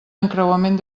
encreuament